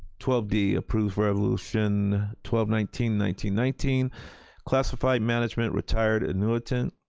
twelve d approve resolution twelve nineteen nineteen nineteen classified management retired annuitant.